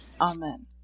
Amen